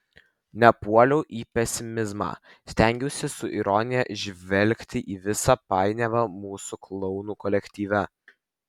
nepuoliau į pesimizmą stengiausi su ironija žvelgti į visą painiavą mūsų klounų kolektyve